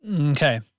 Okay